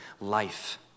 life